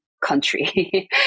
country